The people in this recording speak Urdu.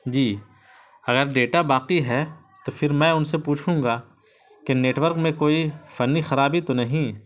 جی اگر ڈیٹا باقی ہے تو پھر میں ان سے پوچھوں گا کہ نیٹورک میں کوئی فنی خرابی تو نہیں